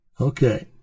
Okay